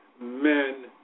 Men